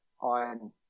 on